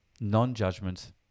non-judgment